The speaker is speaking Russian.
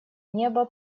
неба